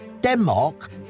Denmark